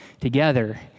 together